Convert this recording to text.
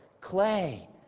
Clay